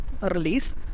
release